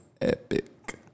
epic